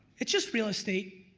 it's just real estate.